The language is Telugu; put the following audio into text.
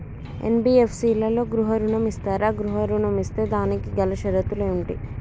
ఎన్.బి.ఎఫ్.సి లలో గృహ ఋణం ఇస్తరా? గృహ ఋణం ఇస్తే దానికి గల షరతులు ఏమిటి?